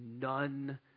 none